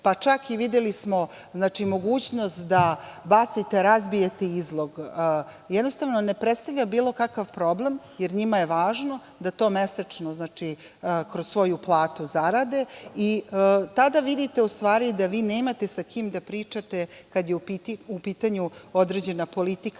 pa čak i videli smo mogućnost da bacite, razbijete izlog, jednostavno ne predstavlja bilo kakav problem, jer njima je važno da to mesečno, kroz svoju platu zarade. Tada vidite u stvari da vi nemate sa kim da pričate kada je u pitanju određena politika